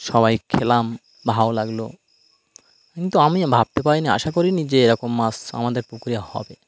সবাই খেলাম ভালো লাগল কিন্তু আমি ভাবতে পারিনি আশা করিনি যে এরকম মাছ আমাদের পুকুরে হবে